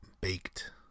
baked